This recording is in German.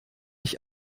ich